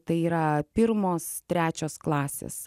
tai yra pirmos trečios klasės